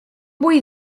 vull